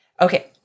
okay